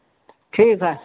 ठीक है